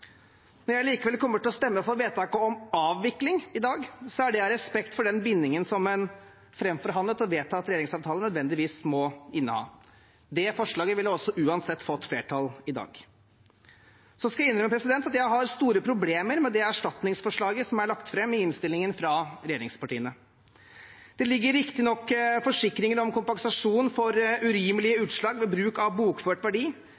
Når jeg likevel kommer til å stemme for vedtaket om avvikling i dag, er det av respekt for den bindingen som en framforhandlet og vedtatt regjeringsavtale nødvendigvis må inneha. Det forslaget ville også uansett fått flertall i dag. Så skal jeg innrømme at jeg har store problemer med det erstatningsforslaget som er lagt fram i innstillingen fra regjeringspartiene. Det ligger riktignok forsikringer om kompensasjon for urimelige utslag ved bruk av bokført verdi